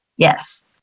Yes